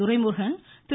Duraimurugan Thiru